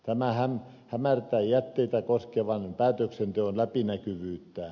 tämä hämärtää jätteitä koskevan päätöksenteon läpinäkyvyyttä